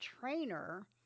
trainer